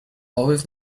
always